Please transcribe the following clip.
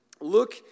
Look